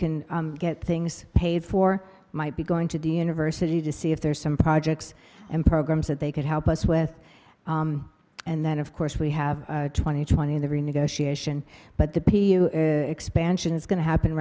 can get things paid for might be going to d n a versity to see if there's some projects and programs that they could help us with and then of course we have twenty twenty in the renegotiation but the expansion is going to happen